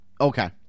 Okay